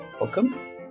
welcome